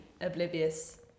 oblivious